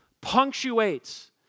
punctuates